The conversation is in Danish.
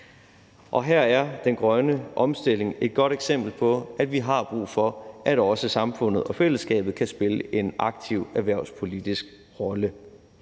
Her er den grønne omstilling et godt eksempel på, at vi har brug for, at også samfundet og fællesskabet kan spille en aktiv erhvervspolitisk rolle.